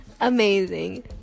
Amazing